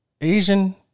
Asian